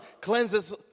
cleanses